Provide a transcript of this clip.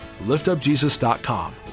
liftupjesus.com